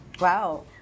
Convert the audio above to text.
Wow